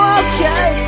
okay